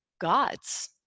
gods